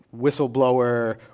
whistleblower